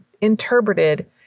interpreted